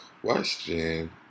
question